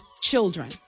children